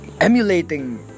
Emulating